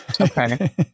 Okay